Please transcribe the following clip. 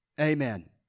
Amen